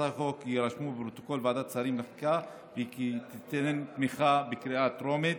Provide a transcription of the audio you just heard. החוק יירשמו בפרוטוקול ועדת שרים לחקיקה וכי תינתן תמיכה בקריאה טרומית.